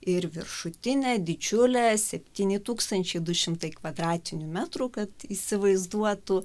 ir viršutinę didžiulę septyni tūkstančiai du šimtai kvadratinių metrų kad įsivaizduotų